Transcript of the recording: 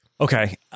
Okay